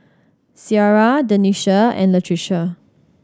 Ciara Denisha and Latricia